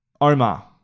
Omar